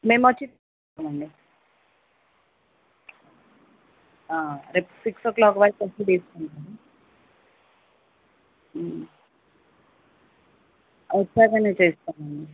మేమోచ్చి మండి రేపు six o'clock వరకు వచ్చి తీసుకుంటాము వచ్చాకనే చేస్తామండి